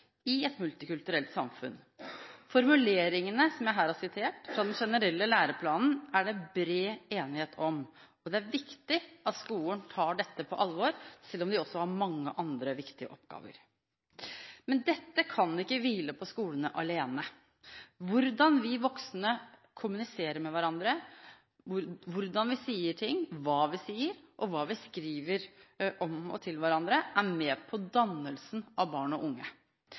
i et multikulturelt samfunn. Formuleringene som jeg her har sitert fra den generelle læreplanen, er det bred enighet om, og det er viktig at skolen tar dette på alvor, selv om den også har mange andre viktige oppgaver. Men dette kan ikke hvile på skolene alene. Hvordan vi voksne kommuniserer med hverandre – hvordan vi sier ting, og hva vi sier og skriver om og til hverandre – er med på dannelsen av barn og unge.